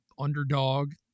underdog